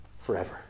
forever